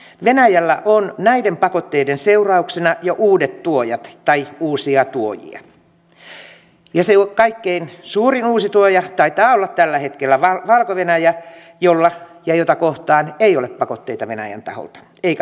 no venäjällä on näiden pakotteiden seurauksena jo uusia tuojia ja se kaikkein suurin uusi tuoja taitaa olla tällä hetkellä valko venäjä jolla ja jota kohtaan ei ole pakotteita venäjän taholta eikä vastatoimia